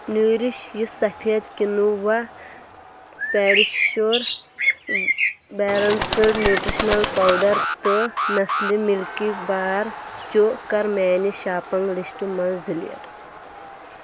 nourish you سفید quinoa, PediaSure balanced nutritional powder تہٕ Nestle milky bar چوٗ کَر میانہِ شاپنگ لسٹہٕ منٛز ڈیلیٖٹ